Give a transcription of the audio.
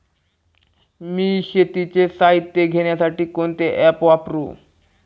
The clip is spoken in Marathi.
मी शेतीचे साहित्य घेण्यासाठी कोणते ॲप वापरु?